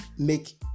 Make